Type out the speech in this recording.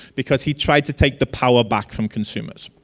because he tried to take the power back from consumers.